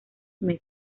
meses